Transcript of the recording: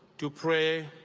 to pray,